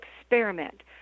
experiment